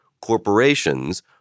Corporations